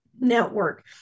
network